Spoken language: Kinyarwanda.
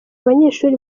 banyeshuri